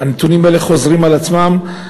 הנתונים האלה חוזרים על עצמם.